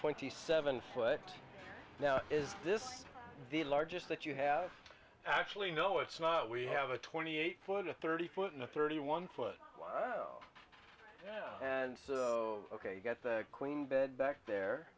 twenty seven foot now is this the largest that you have actually no it's not we have a twenty eight foot a thirty foot in a thirty one foot wow yeah and ok you get the queen bed back there